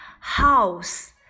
House